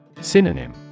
Synonym